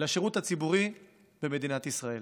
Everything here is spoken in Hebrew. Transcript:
לשירות הציבורי במדינת ישראל.